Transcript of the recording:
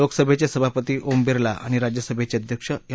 लोकसभेचे सभापती ओम बिर्ला आणि राज्यसभेचे अध्यक्ष एम